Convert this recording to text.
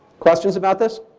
questions about this?